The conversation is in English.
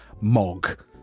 mog